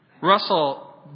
Russell